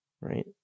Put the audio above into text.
right